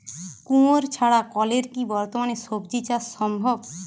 কুয়োর ছাড়া কলের কি বর্তমানে শ্বজিচাষ সম্ভব?